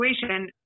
situation